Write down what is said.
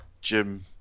Jim